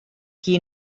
qui